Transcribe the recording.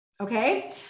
Okay